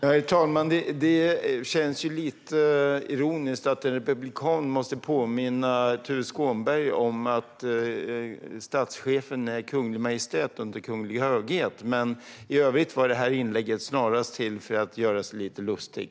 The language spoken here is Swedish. Herr talman! Det känns lite ironiskt att en republikan måste påminna Tuve Skånberg att statschefen omnämns Hans Majestät och inte Hans Kungliga Höghet. I övrigt var inlägget snarast till för att göra sig lite lustig.